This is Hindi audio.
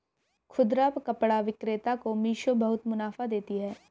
खुदरा कपड़ा विक्रेता को मिशो बहुत मुनाफा देती है